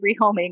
rehoming